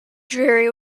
dreary